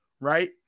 Right